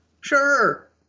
Sure